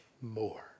more